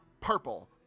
purple